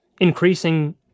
increasing